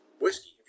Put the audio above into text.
Whiskey